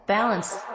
Balance